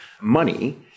money